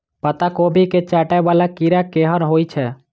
पत्ता कोबी केँ चाटय वला कीड़ा केहन होइ छै?